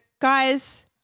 guys